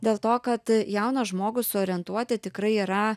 dėl to kad jauną žmogų suorientuoti tikrai yra